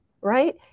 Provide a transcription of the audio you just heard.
right